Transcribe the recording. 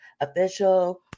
official